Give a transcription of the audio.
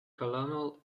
colonel